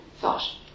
thought